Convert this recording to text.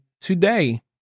today